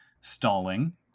stalling